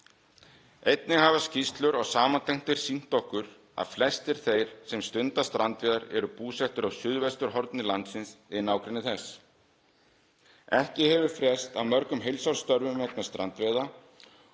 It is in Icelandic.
Einnig hafa skýrslur og samantektir sýnt okkur að flestir þeir sem stunda strandveiðar eru búsettir á suðvesturhorni landsins eða í nágrenni þess. Ekki hefur frést af mörgum heilsársstörfum vegna strandveiða